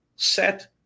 Set